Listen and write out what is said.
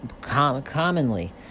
Commonly